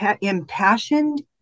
impassioned